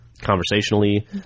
conversationally